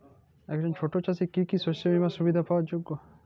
একজন ছোট চাষি কি কি শস্য বিমার সুবিধা পাওয়ার যোগ্য?